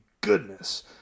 goodness